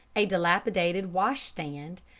a dilapidated washstand,